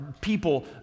people